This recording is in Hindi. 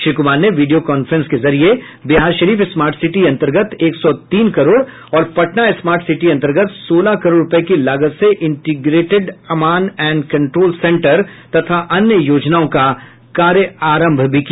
श्री कुमार ने वीडियो कांफ्रेंस के जरिये बिहारशरीफ स्मार्ट सिटी अन्तर्गत एक सौ तीन करोड़ और पटना स्मार्ट सिटी अन्तर्गत सोलह करोड़ रूपये की लागत से integrated command and control centre तथा अन्य योजनाओं का कार्यारंभ भी किया